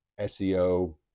SEO